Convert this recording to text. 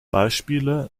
beispiele